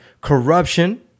corruption